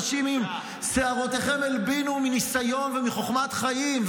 שערותיכם הלבינו מניסיון ומחוכמת חיים,